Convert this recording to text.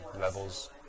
levels